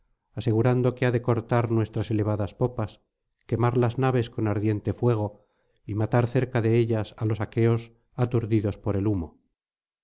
asegurando que ha de cortar nuestras elevadas popas quemar las naves con ardiente fuego y matar cerca de ellas á los aqueos aturdidos por el humo